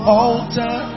altar